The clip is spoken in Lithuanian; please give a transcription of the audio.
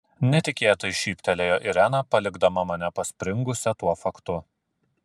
netikėtai šyptelėjo irena palikdama mane paspringusią tuo faktu